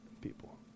people